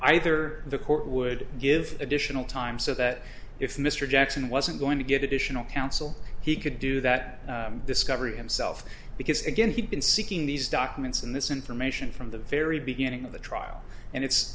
either the court would give additional time so that if mr jackson wasn't going to give additional counsel he could do that discovery himself because again he'd been seeking these documents and this information from the very beginning of the trial and it's